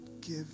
give